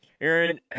Aaron